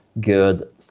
Good